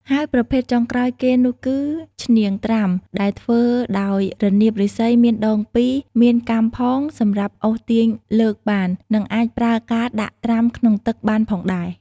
ហើយប្រភេទចុងក្រោយគេនោះគឹ ឈ្នាងត្រាំ ដែលធ្វើដោយរនាបឫស្សី មានដង២ មានកាំផងសម្រាប់អូសទាញលើកបាន និងអាចប្រើការដាក់ត្រាំក្នុងទឹកបានផងដែរ។